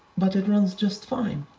but it runs just fine.